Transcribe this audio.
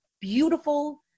beautiful